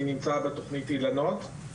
אני נמצא בתוכנית אילנות.